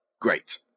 Great